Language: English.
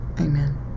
Amen